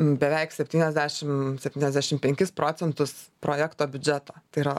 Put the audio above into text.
beveik septyniasdešim septyniasdešim penkis procentus projekto biudžeto tai yra